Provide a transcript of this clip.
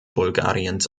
bulgariens